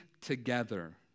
together